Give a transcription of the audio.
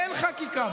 אין חקיקה.